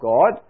God